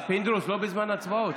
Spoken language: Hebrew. פינדרוס, לא בזמן הצבעות.